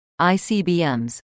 ICBMs